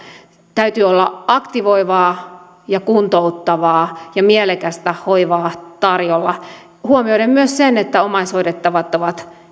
täytyy olla aktivoivaa ja kuntouttavaa ja mielekästä hoivaa tarjolla ja huomioida myös se että omaishoidettavat ovat